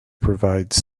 provides